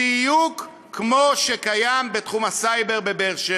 בדיוק כמו שקיים בתחום הסייבר בבאר-שבע.